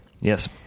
Yes